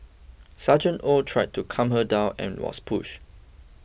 Sergeant Oh tried to calm her down and was pushed